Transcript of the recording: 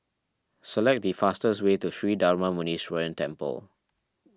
select the fastest way to Sri Darma Muneeswaran Temple